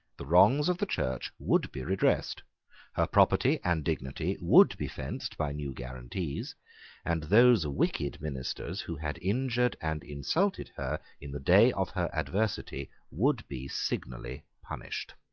the wrongs of the church would be redressed, her property and dignity would be fenced by new guarantees and those wicked ministers who had injured and insulted her in the day of her adversity would be signally punished.